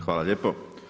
Hvala lijepo.